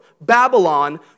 Babylon